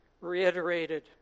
reiterated